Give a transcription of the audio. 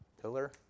Pillar